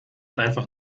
einfach